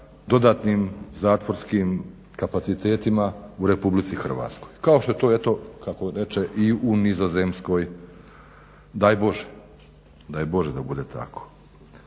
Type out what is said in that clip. dodatnim zatvorskim kapacitetima u RH. Kao što je to eto kako reče i u Nizozemskoj. Daj Bože da bude tako.